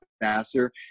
faster